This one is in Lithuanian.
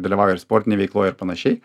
dalyvauja ir sportinėj veikloj ir panašiai